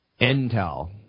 Intel